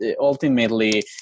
ultimately